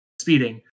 speeding